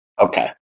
Okay